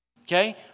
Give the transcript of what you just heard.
Okay